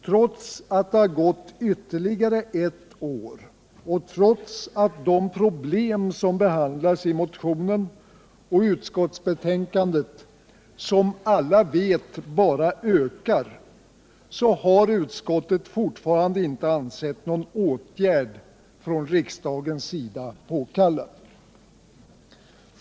Trots att det gått ytterligare ett år, och trots dtt de problem som behandlas i motionen och utskottsbetänkandet, som alla vet, bara ökar har utskottet fortfarande inte ansett att någon åtgärd från riksdagens sida är påkallad!